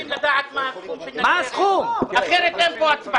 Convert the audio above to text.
אנחנו רוצים לדעת מה הסכום של נצרת כי אחרת אין כאן הצבעה.